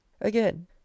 again